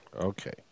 Okay